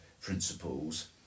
principles